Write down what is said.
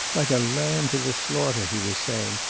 like a lamb to the slaughter! he was saying.